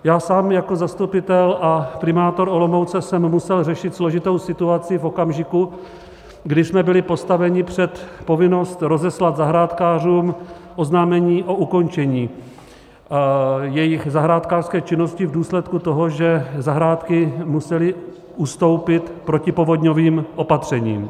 Já sám jako zastupitel a primátor Olomouce jsem musel řešit složitou situaci v okamžiku, kdy jsme byli postaveni před povinnost rozeslat zahrádkářům oznámení o ukončení jejich zahrádkářské činnosti v důsledku toho, že zahrádky musely ustoupit protipovodňovým opatřením.